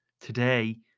today